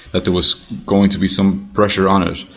that there was going to be some pressure on it.